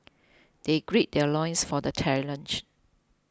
they gird their loins for the challenge